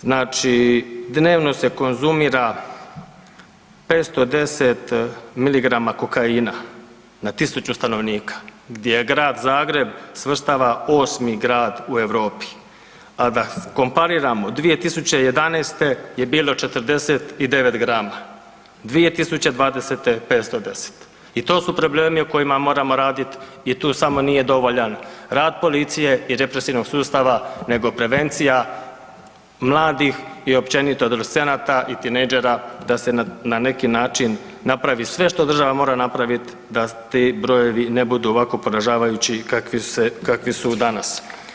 Znači dnevno se konzumira 510 miligrama kokaina na tisuću stanovnika, gdje se Grad Zagreb svrstava 8. grad u Europi, a da kompariramo 2011. je bilo 49 grama, 2020. 510 i sto su problemi o kojima moramo raditi i tu samo nije dovoljan rad policije i represivnog sustava, nego prevencija mladih i općenito adolescenata i tinejdžera da se na neki način napravi sve što država mora napraviti da ti brojevi ne budu ovako poražavajući kakvi su danas.